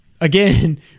again